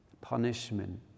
punishment